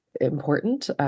important